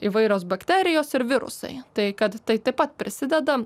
įvairios bakterijos ir virusai tai kad tai taip pat prisideda